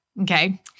okay